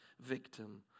victim